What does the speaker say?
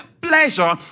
pleasure